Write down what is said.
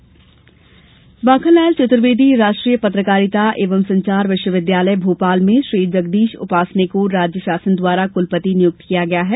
कुलपति माखनलाल चतुर्वेदी राष्ट्रीय पत्रकारिता एवं संचार विश्वविद्यालय भोपाल में श्री जगदीश उपासने को राज्य शासन द्वारा कुलपति नियुक्त किया गया है